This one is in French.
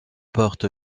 porte